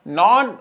non